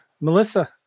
Melissa